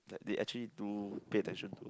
they actually do pay attention to